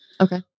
Okay